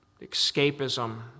escapism